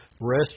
rest